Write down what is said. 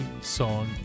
song